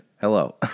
Hello